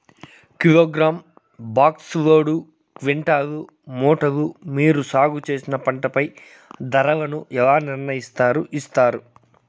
Kilogram, box, load, quintal, మూటలు మీరు సాగు చేసిన పంటపై ధరలను ఎలా నిర్ణయిస్తారు యిస్తారు?